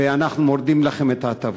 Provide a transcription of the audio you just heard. ואנחנו מורידים לכם את ההטבות.